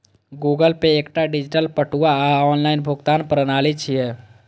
Google pay एकटा digital बटुआ आ ऑनलाइन भुगतान प्रणाली छियै